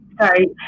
Sorry